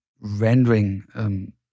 rendering